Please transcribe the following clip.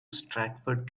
stratford